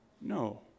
no